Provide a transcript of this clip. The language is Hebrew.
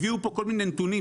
הביאו פה כל מיני נתונים,